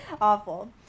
awful